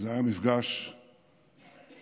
זה היה מפגש מטלטל.